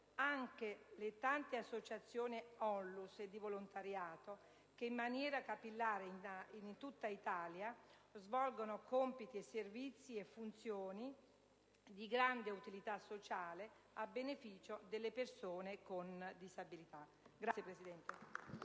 anche le tante associazioni ONLUS e di volontariato che, in maniera capillare in tutta Italia, svolgono compiti, servizi e funzioni di grande utilità sociale a beneficio delle persone con disabilità. *(Applausi